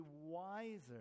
wiser